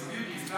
תסביר לי.